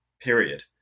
period